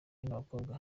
n’abakobwa